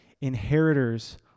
inheritors